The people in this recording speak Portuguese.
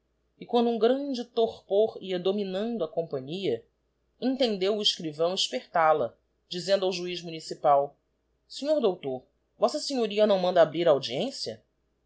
e quando um grande torpor ia dominando a companhia entendeu o escrivão espertal a dizendo ao juiz municipal sr dr v s não manda abrir a audiência